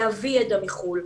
להביא ידע מחו"ל,